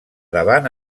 davant